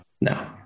No